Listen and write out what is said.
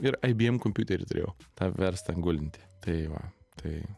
ir ibm kompiuterį turėjau tą verstą gulintį tai va tai